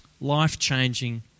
life-changing